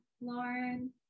Lauren